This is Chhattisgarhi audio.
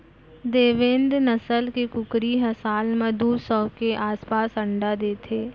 देवेन्द नसल के कुकरी ह साल म दू सौ के आसपास अंडा देथे